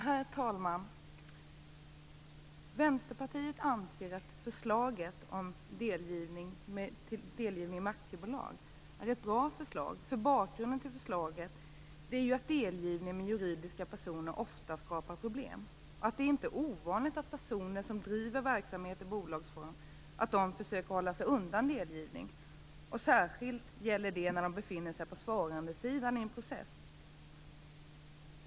Herr talman! Vänsterpartiet anser att förslaget om delgivning med aktiebolag är ett bra förslag. Bakgrunden till förslaget är att delgivning med juridiska personer ofta skapar problem och att det inte är ovanligt att personer som driver verksamhet i bolagsform försöker hålla sig undan delgivning. Särskilt gäller det när de befinner sig på svarandesidan i en process.